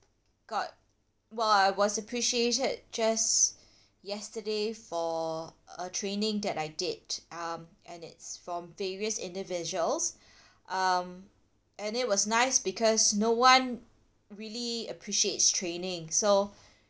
got well I was appreciated just yesterday for a training that I did um and it's from various individuals um and it was nice because no one really appreciates training so